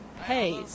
pays